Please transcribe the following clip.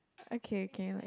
okay okay right